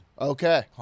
Okay